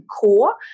core